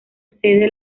sede